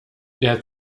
der